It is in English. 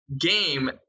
game